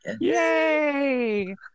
yay